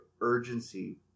urgency